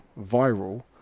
viral